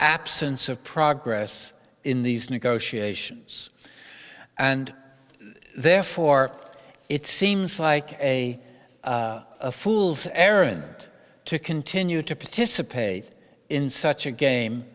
absence of progress in these negotiations and therefore it seems like a fool's errand to continue to participate in such a game